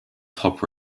top